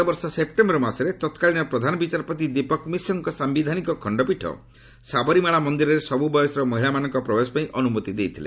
ଗତବର୍ଷ ସେପ୍ଟେମ୍ବର ମାସରେ ତତ୍କାଳୀନ ପ୍ରଧାନ ବିଚାରପତି ଦୀପକ୍ ମିଶ୍ରଙ୍କ ସାୟିଧାନିକ ଖଣ୍ଡପୀଠ ସାବରିମାଳା ମନ୍ଦିରରେ ସବୁ ବୟସର ମହିଳାମାନଙ୍କ ପ୍ରବେଶ ପାଇଁ ଅନୁମତି ଦେଇଥିଲେ